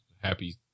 Happy